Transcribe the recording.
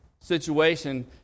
situation